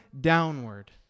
downward